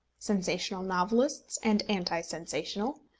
sensational novelists and anti-sensational,